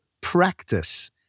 practice